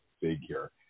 figure